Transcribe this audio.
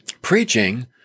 Preaching